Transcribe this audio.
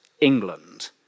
England